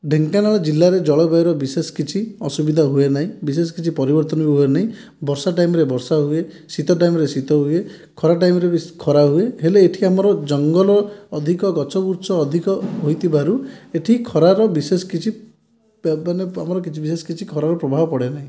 ଢେଙ୍କାନାଳ ଜିଲ୍ଲାରେ ଜଳବାୟୁର ବିଶେଷ କିଛି ଅସୁବିଧା ହୁଏ ନାହିଁ ବିଶେଷ କିଛି ପରିବର୍ତ୍ତନ ବି ହୁଏ ନାହିଁ ବର୍ଷା ଟାଇମରେ ବର୍ଷା ହୁଏ ଶୀତ ଟାଇମରେ ଶୀତ ହୁଏ ଖରା ଟାଇମରେ ବି ଖରା ହୁଏ ହେଲେ ଏଠି ଆମର ଜଙ୍ଗଲ ଅଧିକ ଗଛବୁଛ ଅଧିକ ହୋଇଥିବାରୁ ଏଠି ଖରାର ବିଶେଷ କିଛି ଆମର ବିଶେଷ କିଛି ଖରାର ପ୍ରଭାବ ପଡ଼େ ନାହିଁ